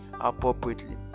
appropriately